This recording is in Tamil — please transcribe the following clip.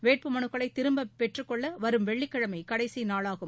வேட்புமனுக்களை திரும்பப் பெற்றுக்கொள்ள வரும் வெள்ளிக்கிழமை கடைசி நாளாகும்